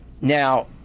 Now